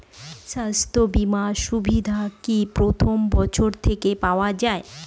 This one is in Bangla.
স্বাস্থ্য বীমার সুবিধা কি প্রথম বছর থেকে পাওয়া যায়?